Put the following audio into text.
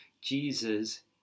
Jesus